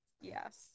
Yes